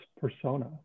persona